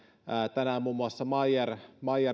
tänään muun muassa meyer